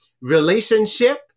Relationship